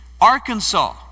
Arkansas